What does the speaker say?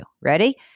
Ready